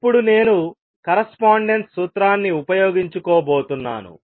ఇప్పుడు నేను కరస్పాండెన్స్ సూత్రాన్ని ఉపయోగించుకోబోతున్నాను